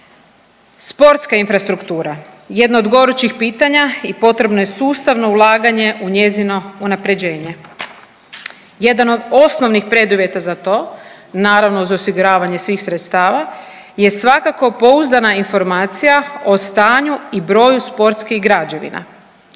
Sportska infrastruktura. Jedno od gorućih pitanja i potrebno je sustavno ulaganje u njezino unapređenje. Jedan od osnovnih preduvjeta za to, naravno uz osiguravanje svih sredstava, je svakako pouzdana informacija o stanju i broju sportskih građevina.